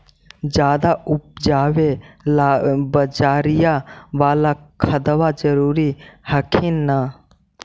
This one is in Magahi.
ज्यादा उपजाबे ला बजरिया बाला खदबा जरूरी हखिन न?